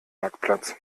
marktplatz